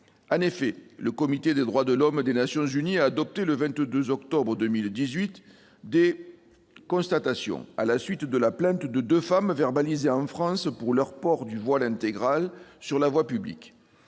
En effet, le Comité des droits de l'homme des Nations unies a adopté, le 22 octobre 2018, des « constatations », à la suite de la plainte de deux femmes verbalisées en France pour leur port du voile intégral sur la voie publique.